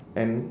and